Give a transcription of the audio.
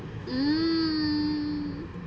mm